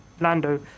Lando